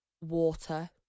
water